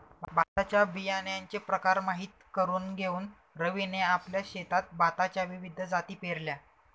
भाताच्या बियाण्याचे प्रकार माहित करून घेऊन रवीने आपल्या शेतात भाताच्या विविध जाती पेरल्या